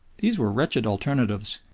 these were wretched alternatives,